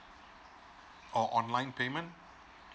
or online payment